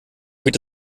geht